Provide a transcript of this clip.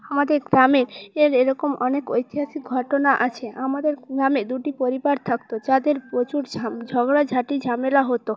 আমাদের গ্রামের এর এরকম অনেক ঐতিহাসিক ঘটনা আছে আমাদের গ্রামে দুটি পরিবার থাকতো যাদের প্রচুর ঝগড়া ঝাঁটি ঝামেলা হতো